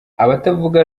abatavuga